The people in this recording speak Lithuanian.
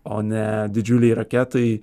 o ne didžiulei raketai